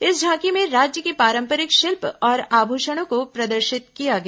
इस झांकी में राज्य के पांरपरिक शिल्प और आभूषणों को प्रदर्शित किया गया